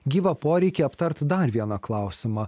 gyvą poreikį aptart dar vieną klausimą